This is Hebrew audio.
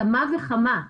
כמה וכמה.